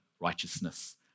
righteousness